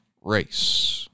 race